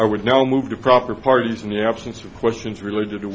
i would now move to proper parties in the absence of questions related to